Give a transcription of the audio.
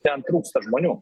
ten trūksta žmonių